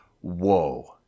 Whoa